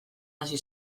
hasi